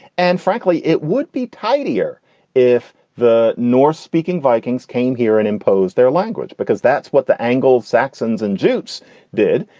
and frankly, it would be tidier if the north speaking vikings came here and imposed their language because that's what the anglo-saxons and dupes did.